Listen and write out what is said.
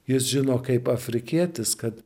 jis žino kaip afrikietis kad